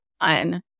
on